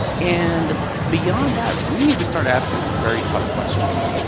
and beyond that, we need to start asking some very tough questions.